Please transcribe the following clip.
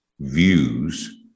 views